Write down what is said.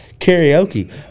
Karaoke